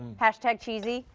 hashtag cheesy,